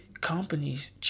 companies